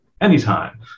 anytime